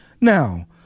Now